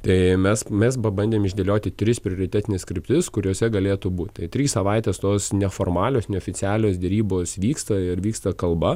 tai mes mes pabandėm išdėlioti tris prioritetines kryptis kuriose galėtų būt tai trys savaitės tos neformalios neoficialios derybos vyksta ir vyksta kalba